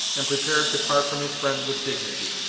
and prepared to part from his friend with dignity.